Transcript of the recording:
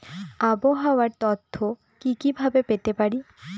আবহাওয়ার তথ্য কি কি ভাবে পেতে পারি?